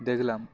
দেখলাম